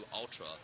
Ultra